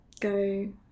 go